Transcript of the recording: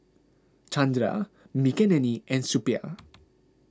Chandra Makineni and Suppiah